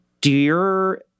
Dear